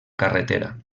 carretera